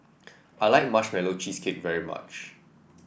I like Marshmallow Cheesecake very much